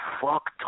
fuck